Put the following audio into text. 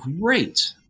great